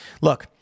Look